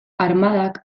armadak